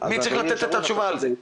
מי צריך לתת את התשובה על זה?